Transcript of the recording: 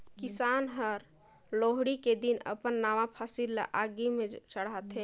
किसान हर लोहड़ी के दिन अपन नावा फसिल ल आगि में चढ़ाथें